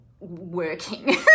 working